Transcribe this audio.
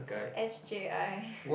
s_j_i